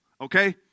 okay